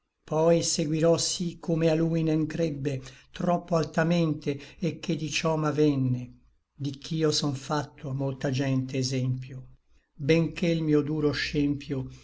poi seguirò sí come a lui ne ncrebbe troppo altamente e che di ciò m'avvenne di ch'io son facto a molta gente exempio benché l mio duro scempio